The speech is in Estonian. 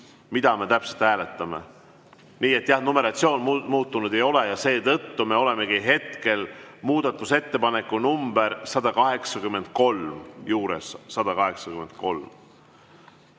mida me täpselt hääletame. Nii et jah, numeratsioon muutunud ei ole ja seetõttu me olemegi hetkel muudatusettepaneku nr 183